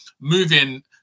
moving